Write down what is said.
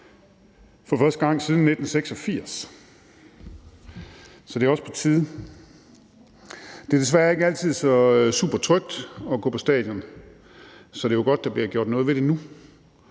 for første gang siden 1986 – så det er også på tide. Det er desværre ikke altid så supertrygt at gå på stadion, så det er jo godt, at der bliver gjort noget ved det nu.